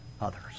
others